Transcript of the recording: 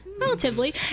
relatively